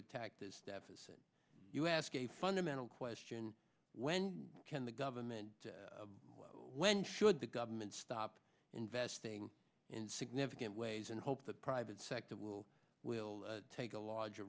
attack this deficit you ask a fundamental question when can the government when should the government stop investing in significant ways and hope the private sector will will take a larger